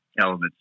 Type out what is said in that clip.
elements